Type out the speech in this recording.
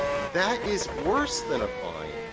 that is worse than a fine,